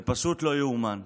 זה פשוט לא יאומן.